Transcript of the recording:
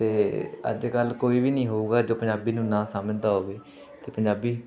ਅਤੇ ਅੱਜ ਕਲ੍ਹ ਕੋਈ ਵੀ ਨਹੀਂ ਹੋਊਗਾ ਜੋ ਪੰਜਾਬੀ ਨੂੰ ਨਾ ਸਮਝਦਾ ਹੋਵੇ ਅਤੇ ਪੰਜਾਬੀ